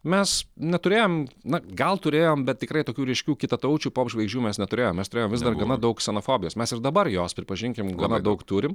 mes neturėjom na gal turėjom bet tikrai tokių ryškių kitataučių popžvaigždžių mes neturėjom mes turėjom vis dar gana daug ksenofobijos mes ir dabar jos pripažinkim gana daug turim